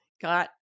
got